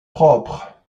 propres